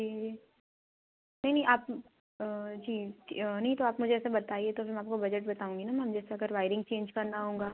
जी जी नहीं नहीं आप जी नहीं तो आप मुझे ऐसे बताइए तो फिर मैं आपको बजट बताऊँगी न मैम जैसे अगर वाइरिंग चेंज करना होंगा